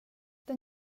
den